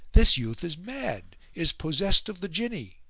this youth is mad, is possessed of the jinni!